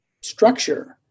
structure